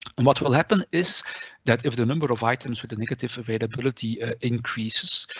and what will happen is that if the number of items with a negative availability increases,